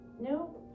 No